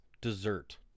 dessert